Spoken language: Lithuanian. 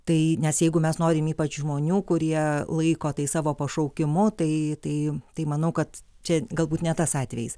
tai nes jeigu mes norim ypač žmonių kurie laiko tai savo pašaukimu tai tai tai manau kad čia galbūt ne tas atvejis